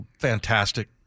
fantastic